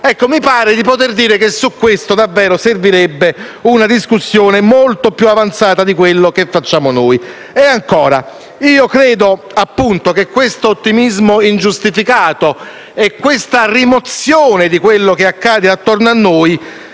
Mi pare di poter dire che su questo davvero servirebbe una discussione molto più avanzata di quella che facciamo noi. Ancora, credo che questo ottimismo ingiustificato e questa rimozione di quanto accade intorno a noi